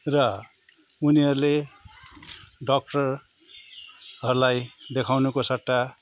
र उनीहरूले डाक्टरहरूलाई देखाउनुको सट्टा